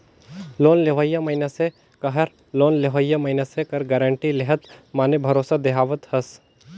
loan लेवइया मइनसे कहर लोन लेहोइया मइनसे कर गारंटी लेहत माने भरोसा देहावत हस